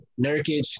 Nurkic